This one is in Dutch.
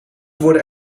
worden